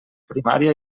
primària